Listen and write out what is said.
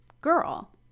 girl